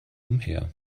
umher